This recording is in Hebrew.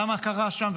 למה קרה שם,